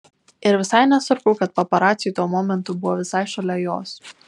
ir visai nesvarbu kad paparaciai tuo momentu buvo visai šalia jos